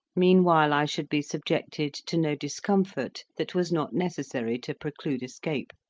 meanwhile i should be subjected to no discomfort that was not necessary to preclude escape,